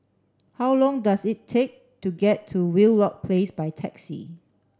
how long does it take to get to Wheelock Place by taxi